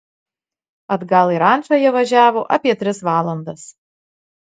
atgal į rančą jie važiavo apie tris valandas